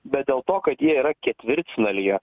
bet dėl to kad jie yra ketvirtfinalyje